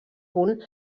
punt